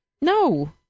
no